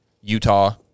Utah